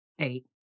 Eight